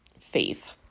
faith